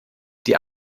die